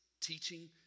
teaching